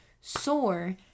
sore